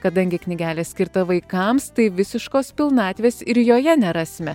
kadangi knygelė skirta vaikams tai visiškos pilnatvės ir joje nerasime